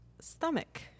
Stomach